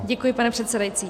Děkuji, pane předsedající.